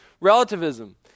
relativism